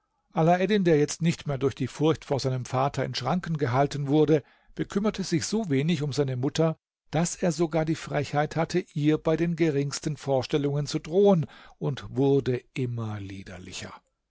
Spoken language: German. der jetzt nicht mehr durch die furcht vor seinem vater in schranken gehalten wurde bekümmerte sich so wenig um seine mutter daß er sogar die frechheit hatte ihr bei den geringsten vorstellungen zu drohen und wurde immer liederlicher